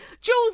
Jules